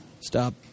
Stop